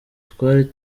twari